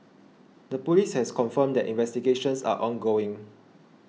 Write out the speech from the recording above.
the police has confirmed that investigations are ongoing